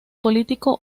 político